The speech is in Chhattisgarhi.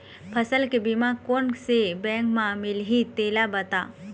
फसल के बीमा कोन से बैंक म मिलही तेला बता?